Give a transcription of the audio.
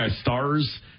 Stars